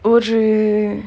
ஒரு:oru err